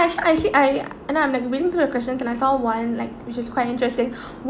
I I see I you know I'm like reading to the question and I saw one like which is quite interesting